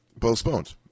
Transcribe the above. postponed